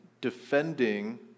defending